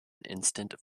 instant